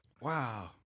Wow